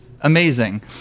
amazing